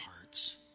hearts